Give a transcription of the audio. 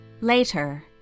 Later